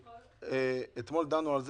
מיקי, אתמול פתחנו את זה.